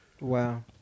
Wow